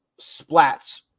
splats